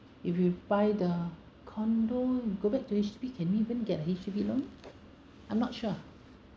if you buy the condo go back to H_D_B can even get H_D_B loan I'm not sure